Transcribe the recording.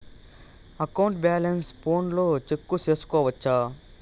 account balance ఫోనులో check సేసుకోవచ్చా